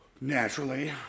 naturally